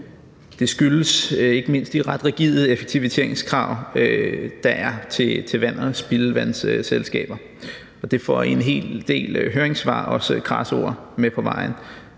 Det skyldes ikke mindst de ret rigide effektiviseringskrav, der er til vand- og spildevandsselskaber. Det får i en hel del høringssvar også krasse ord med på vejen,